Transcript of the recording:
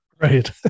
Right